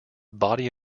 body